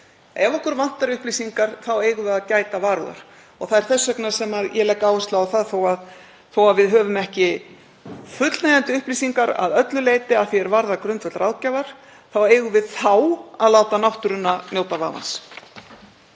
Ef okkur vantar upplýsingar eigum við að gæta varúðar og það er þess vegna sem ég legg áherslu á að þótt við höfum ekki fullnægjandi upplýsingar að öllu leyti að því er varðar grundvöll ráðgjafar þá eigum við að láta náttúruna njóta vafans.